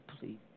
please